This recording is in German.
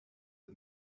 the